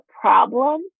problem